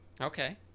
Okay